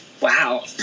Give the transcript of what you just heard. Wow